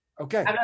Okay